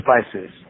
spices